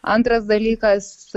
antras dalykas